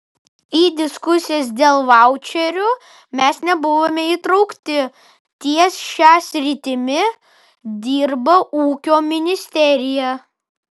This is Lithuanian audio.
į diskusijas dėl vaučerių mes nebuvome įtraukti ties šia sritimi dirba ūkio ministerija